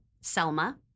Selma